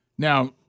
now